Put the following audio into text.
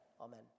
amen